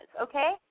Okay